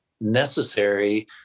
necessary